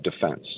defense